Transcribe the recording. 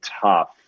tough